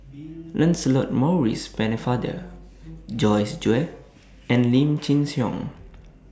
Lancelot Maurice Pennefather Joyce Jue and Lim Chin Siong